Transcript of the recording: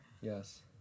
yes